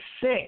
sick